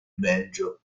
belgio